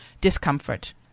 discomfort